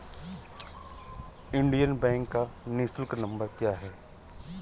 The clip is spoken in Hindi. इंडियन बैंक का निःशुल्क नंबर क्या है?